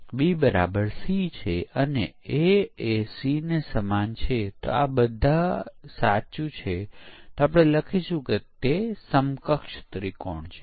અને તે આ જરૂરિયાત સ્પષ્ટીકરણ દસ્તાવેજોમાં ઉપલબ્ધ છે